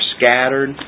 scattered